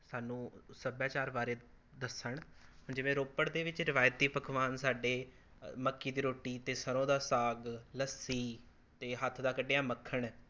ਸਾਨੂੰ ਸੱਭਿਆਚਾਰ ਬਾਰੇ ਦੱਸਣ ਜਿਵੇਂ ਰੋਪੜ ਦੇ ਵਿੱਚ ਰਵਾਇਤੀ ਪਕਵਾਨ ਸਾਡੇ ਮੱਕੀ ਦੀ ਰੋਟੀ ਅਤੇ ਸਰ੍ਹੋਂ ਦਾ ਸਾਗ ਲੱਸੀ ਅਤੇ ਹੱਥ ਦਾ ਕੱਢਿਆ ਮੱਖਣ